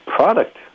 product